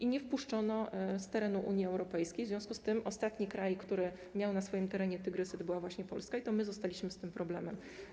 i nie wpuszczono ich z terenu Unii Europejskiej, w związku z tym ostatni kraj, który miał na swoim terenie te tygrysy, to była właśnie Polska i to my zostaliśmy z tym problemem.